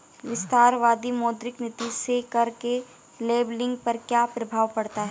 विस्तारवादी मौद्रिक नीति से कर के लेबलिंग पर क्या प्रभाव पड़ता है?